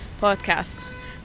podcast